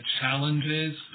challenges